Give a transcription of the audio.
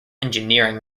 engineering